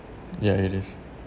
ya it is